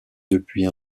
depuis